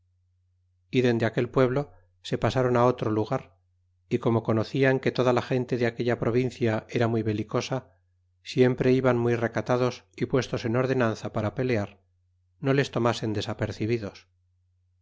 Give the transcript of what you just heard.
y dende aquel pueblo se pasron otro lugar y como conocian que toda la gente de aquella provincia era muy belicosa siempre iban muy recatados y puestos en ordenanza para pelear no les tomasen desapercebidos